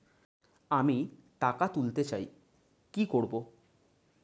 আমি টাকা তুলতে চাই কি করব?